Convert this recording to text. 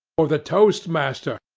or the toast master,